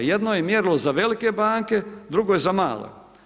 Jedno je mjerilo za velike banke, drugo je za mele.